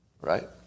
Right